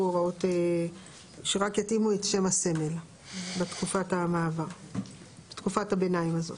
הוראות שרק יתאימו את שם הסמל בתקופת הביניים הזאת.